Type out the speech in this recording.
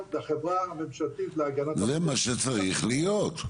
בחברה הממשלתית להגנת --- זה מה שצריך להיות.